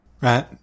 Right